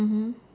mmhmm